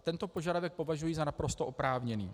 Tento požadavek považuji za naprosto oprávněný.